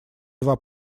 два